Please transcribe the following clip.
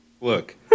Look